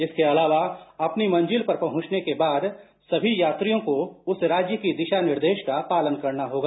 इसके अलावा अपनी मंजिल पर पहुंचने के बाद सभी यात्रियों को उस राज्य के दिशानिर्देशों का पालन करना होगा